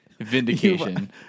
vindication